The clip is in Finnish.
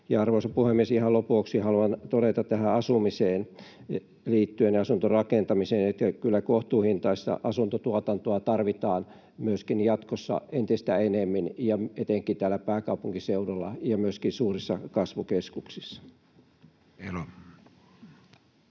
Arvoisa puhemies! Ihan lopuksi haluan todeta asumiseen ja asuntorakentamiseen liittyen, että kyllä kohtuuhintaista asuntotuotantoa tarvitaan myöskin jatkossa entistä enemmän, etenkin täällä pääkaupunkiseudulla ja myöskin suurissa kasvukeskuksissa.